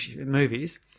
movies